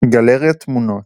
גלריית תמונות